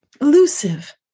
elusive